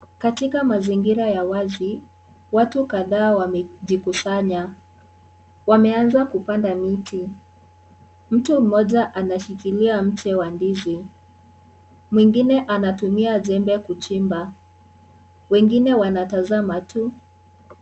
Katika mazingira ya wazi watu kadhaa wamejikusanya wameanza kupanda miti , mtu mmoja anashikilia mche wa ndizi mwingine anatumia jembe kuchimba wengine wanatazama tu.